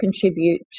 contribute